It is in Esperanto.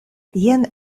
jen